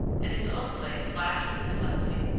and his own blade flashed in the sunlight.